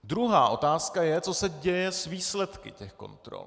Druhá otázka je, co se děje s výsledky těch kontrol.